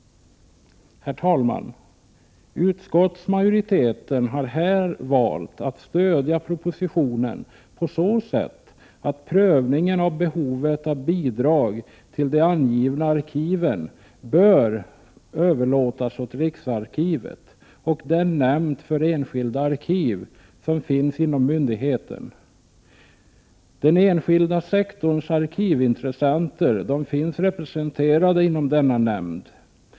Herr talman! Utskottsmajoriteten har i dessa sammanhang valt att stödja propositionen på så sätt att utskottet anser att prövningen av behovet av bidrag till de angivna arkiven bör överlåtas åt riksarkivet och den nämnd för enskilda arkiv som finns inom myndigheten. Den enskilda sektorns arkivintressenter finns representerade inom denna nämnd.